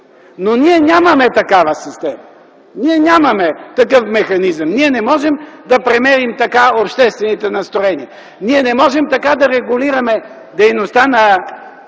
Но ние нямаме такава система. Нямаме такъв механизъм и не можем да премерим така обществените настроения. Не можем така да регулираме дейността на